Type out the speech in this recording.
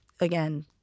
again